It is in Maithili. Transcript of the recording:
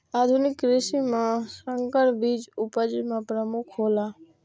आधुनिक कृषि में संकर बीज उपज में प्रमुख हौला